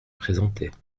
présentait